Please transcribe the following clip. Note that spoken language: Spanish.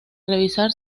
revisar